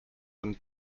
than